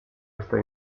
esta